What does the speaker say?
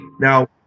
Now